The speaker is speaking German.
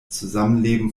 zusammenleben